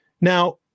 Now